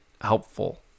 helpful